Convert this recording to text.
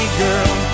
girl